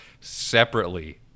separately